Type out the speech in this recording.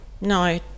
No